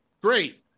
great